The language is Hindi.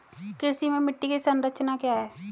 कृषि में मिट्टी की संरचना क्या है?